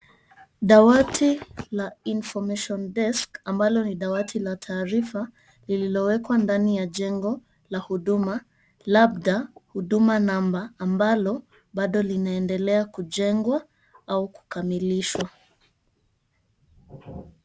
Dawati la Information Desk , ambalo ni dawati la taarifa, lililowekwa ndani ya jengo la huduma, labda huduma namba, ambalo bado linaendelea kujengwa au kukamilishwa.